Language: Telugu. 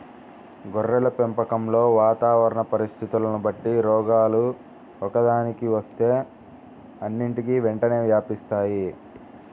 గొర్రెల పెంపకంలో వాతావరణ పరిస్థితులని బట్టి రోగాలు ఒక్కదానికి వస్తే అన్నిటికీ వెంటనే వ్యాపిస్తాయి